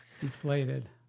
deflated